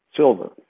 silver